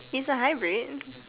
is a hybrid